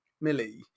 millie